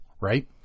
Right